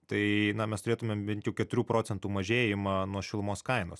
tai mes turėtumėm bent jau keturių procntų mažėjimą nuo šilumos kainos